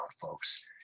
folks